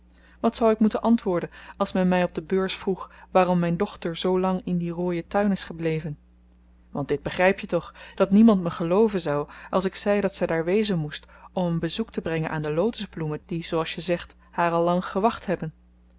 wat zou ik moeten antwoorden als men my op de beurs vroeg waarom myn dochter zoo lang in dien rooien tuin is gebleven want dit begryp je toch dat niemand me gelooven zou als ik zei dat zy daar wezen moest om een bezoek te brengen aan de lotusbloemen die zooals je zegt haar al lang gewacht hebben